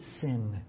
sin